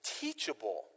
teachable